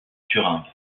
thuringe